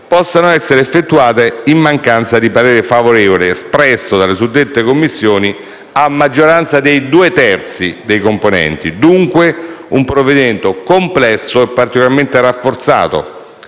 possano essere effettuate in mancanza di parere favorevole espresso dalle suddette Commissioni a maggioranza dei due terzi dei componenti. Si tratta, dunque, di un provvedimento complesso e particolarmente rafforzato,